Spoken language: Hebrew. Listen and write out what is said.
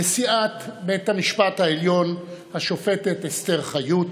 נשיאת בית המשפט העליון השופטת אסתר חיות,